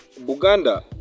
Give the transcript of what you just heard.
Buganda